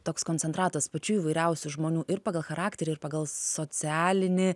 toks koncentratas pačių įvairiausių žmonių ir pagal charakterį ir pagal socialinį